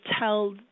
tell